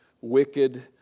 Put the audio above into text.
wicked